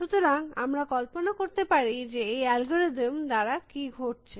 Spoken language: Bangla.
সুতরাং আমরা কল্পনা করতে পারি যে এই অ্যালগরিদম দ্বারা কী ঘটছে